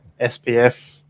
SPF